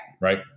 Right